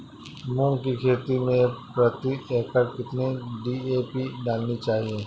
मूंग की खेती में प्रति एकड़ कितनी डी.ए.पी डालनी चाहिए?